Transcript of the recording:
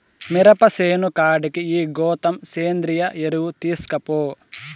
మిరప సేను కాడికి ఈ గోతం సేంద్రియ ఎరువు తీస్కపో